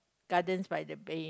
Gardens by the Bay